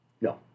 No